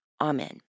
Amen